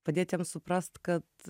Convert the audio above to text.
padėt jam suprast kad